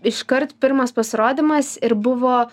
iškart pirmas pasirodymas ir buvo